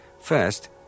First